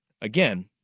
again